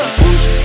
push